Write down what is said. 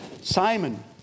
Simon